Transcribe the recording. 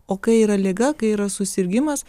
o kai yra liga kai yra susirgimas